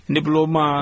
Diploma